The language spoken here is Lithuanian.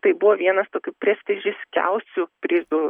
tai buvo vienas tokių prestižiškiausių prizų